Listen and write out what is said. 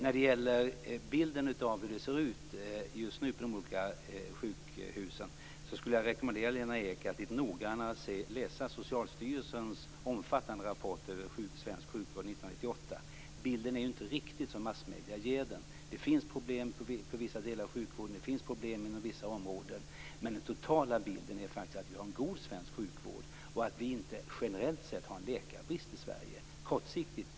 När det gäller bilden av hur det ser ut just nu på de olika sjukhusen skulle jag vilja rekommendera Lena Ek att lite noggrannare läsa Socialstyrelsens omfattande rapport över svensk sjukvård 1998. Bilden är inte riktigt som massmedierna ger den. Det finns problem inom vissa delar av sjukvården och det finns problem inom vissa områden, men den totala bilden är faktiskt att vi har en god svensk sjukvård och att vi inte generellt sett har en läkarbrist i Sverige kortsiktigt.